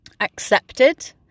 accepted